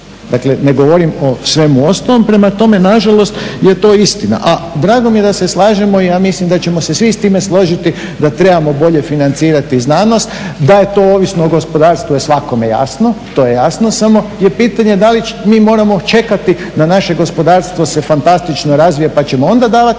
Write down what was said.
Dakle, ne govorim o svemu ostalom. Prema tome, nažalost je to istina. A drago mi je da se slažemo i ja mislim da ćemo se svi s time složiti da trebamo bolje financirati znanost. Da je to ovisno o gospodarstvu to je svakome jasno, to je jasno, samo je pitanje da li mi moramo čekati da naše gospodarstvo se fantastično razvije pa ćemo onda davati